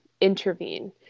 intervene